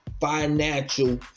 Financial